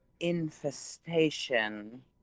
infestation